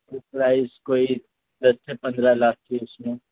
price کوئی دس سے پندرہ لاکھ کے اس میں